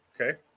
Okay